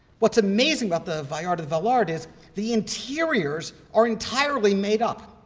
what's amazing about the vallard the vallard is the interiors are entirely made up,